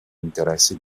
interessi